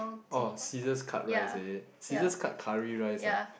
oh scissors cut rice is it scissors cut curry rice ah